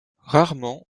rarement